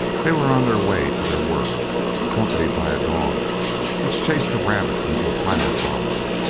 they were on their way to their work accompanied by a dog which chased a rabbit into a pile of rocks.